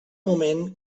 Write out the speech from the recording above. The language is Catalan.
moment